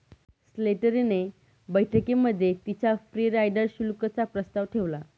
Slattery ने बैठकीमध्ये तिच्या फ्री राईडर शुल्क चा प्रस्ताव ठेवला